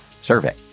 survey